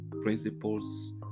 principles